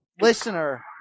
listener